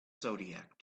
zodiac